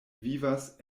vivas